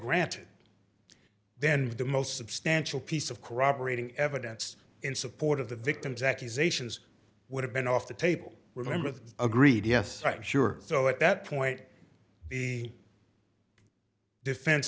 granted then the most substantial piece of corroborating evidence in support of the victim's accusations would have been off the table were never agreed yes right sure so at that point the defen